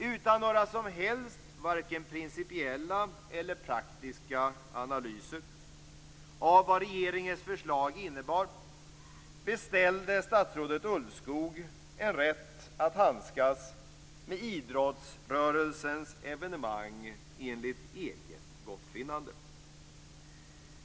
Utan några som helst principiella eller praktiska analyser av vad regeringens förslag innebar beställde statsrådet Ulvskog en rätt att handskas med idrottsrörelsens evenemang enligt eget gottfinnande.